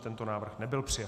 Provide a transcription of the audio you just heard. Tento návrh nebyl přijat.